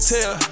Tell